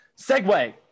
segue